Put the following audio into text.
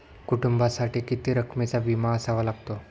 कुटुंबासाठी किती रकमेचा विमा असावा लागतो?